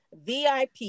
VIP